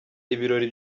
ibirori